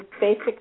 basic